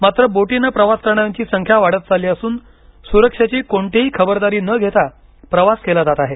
मात्र बोटीने प्रवास करणाऱ्याची संख्या वाढत चालली असून सुरक्षेची कोणतीही खबरदारी न घेता प्रवास केला जातो आहे